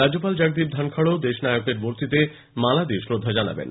রাজ্যপাল জগদীপ ধনকড় ও দেশনায়কের মূর্তিতে মালা দিয়ে শ্রদ্ধা জানাবেন